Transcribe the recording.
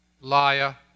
liar